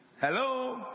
hello